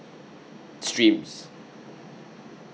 streams